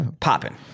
Popping